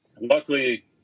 luckily